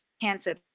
cancer